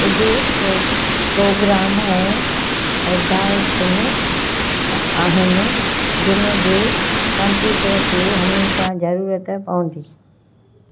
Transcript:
कुझु pro program ऐं हिदायतुनि आहिनि जिनि जे कंप्यूटर खे हमेशह ज़रूरत पवंदी